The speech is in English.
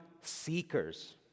seekers